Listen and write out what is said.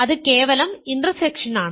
അത് കേവലം ഇന്റർസെക്ഷനാണ്